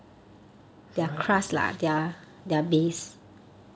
dry and 硬